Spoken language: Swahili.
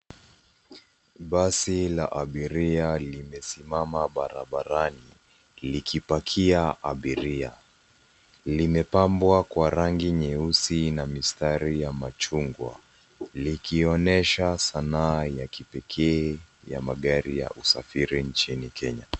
Basi la abiria limesimama barabarani likipakia abiria. Limepambwa kwa rangi nyeusi na mistari ya machungwa likionyesha sanaa ya kipekee ya magari ya usafiri nchini kenya.